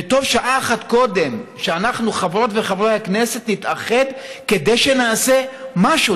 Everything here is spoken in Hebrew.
וטוב שאנחנו חברות וחברי הכנסת נתאחד כדי שנעשה משהו,